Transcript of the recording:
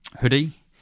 hoodie